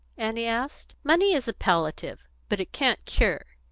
annie asked. money is a palliative, but it can't cure.